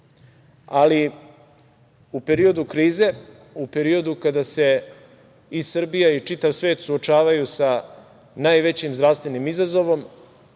ali u periodu krize, u periodu kada se i Srbija i čitav svet suočavaju sa najvećim zdravstvenim izazovom,